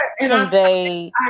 convey